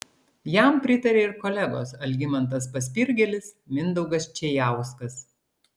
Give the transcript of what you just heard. jam pritarė ir kolegos algimantas paspirgėlis mindaugas čėjauskas